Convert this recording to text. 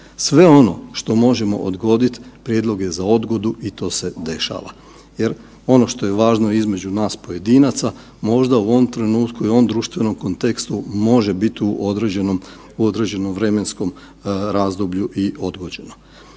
Sve ono što možemo odgoditi, prijedlog je za odgodu i to se dešava. Jer ono što je važno između nas pojedinaca, možda u ovom trenutku i u ovom društvenom kontekstu može biti u određenom vremenskom razdoblju i odgođeno.